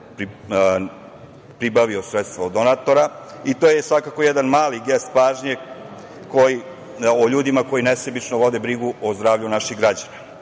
pribavio sredstva od donatora. To je svakako jedan mali jest pažnje o ljudima koji nesebično vode brigu o zdravlju naših građana.Međutim,